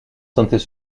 sentait